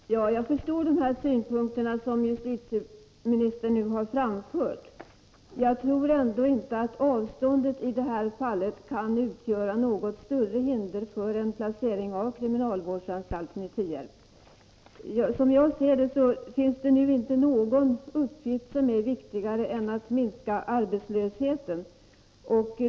Herr talman! Jag förstår de synpunkter som justitieministern nu har framfört. Men jag tror ändå inte att avståndet i det här fallet kan utgöra något större hinder för en placering av kriminalvårdsanstalten i Tierp. Som jag ser det finns det nu inte någon uppgift som är viktigare än att minska arbetslösheten.